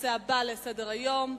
לנושא הבא שעל סדר-היום: